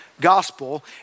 gospel